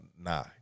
nah